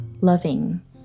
loving